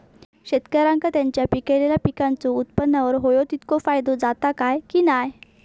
शेतकऱ्यांका त्यांचा पिकयलेल्या पीकांच्या उत्पन्नार होयो तितको फायदो जाता काय की नाय?